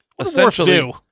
essentially